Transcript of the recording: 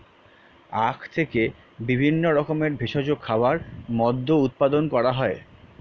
আখ থেকে বিভিন্ন রকমের ভেষজ খাবার, মদ্য উৎপাদন করা হয়